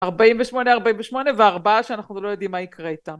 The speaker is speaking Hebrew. ארבעים ושמונה ארבעים ושמונה וארבעה שאנחנו לא יודעים מה יקרה איתם